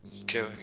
Okay